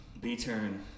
B-turn